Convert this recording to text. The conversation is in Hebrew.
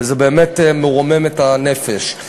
וזה באמת מרומם את הנפש.